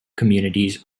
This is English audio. communities